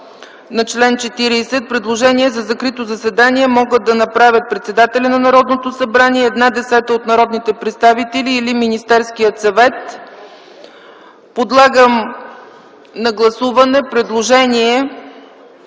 на чл. 40: „Предложение за закрито заседание могат да направят председателят на Народното събрание, една десета от народните представители или Министерският съвет.” Подлагам на гласуване предложение